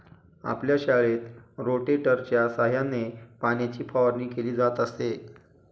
आपल्या शाळेत रोटेटरच्या सहाय्याने पाण्याची फवारणी केली जात असे